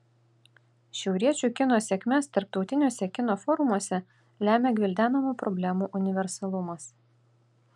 šiauriečių kino sėkmes tarptautiniuose kino forumuose lemia gvildenamų problemų universalumas